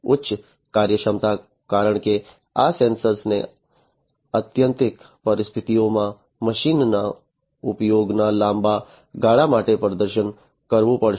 ઉચ્ચ કાર્યક્ષમતા કારણ કે આ સેન્સર્સને આત્યંતિક પરિસ્થિતિઓમાં મશીનના ઉપયોગના લાંબા ગાળા માટે પ્રદર્શન કરવું પડશે